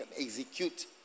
execute